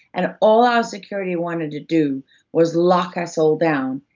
and all our security wanted to do was lock us all down,